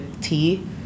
tea